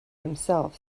himself